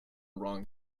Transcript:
wrong